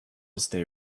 stay